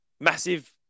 massive